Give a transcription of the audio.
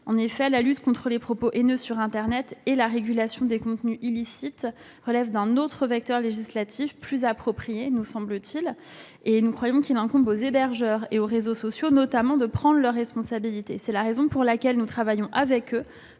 en effet que la lutte contre les propos haineux sur internet et la régulation des contenus illicites relève d'un autre vecteur législatif, qui serait plus approprié. Nous croyons qu'il incombe aux hébergeurs et aux réseaux sociaux de prendre leurs responsabilités. C'est la raison pour laquelle nous travaillons avec eux